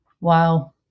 wow